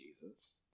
Jesus